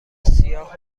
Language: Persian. سیاه